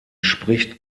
spricht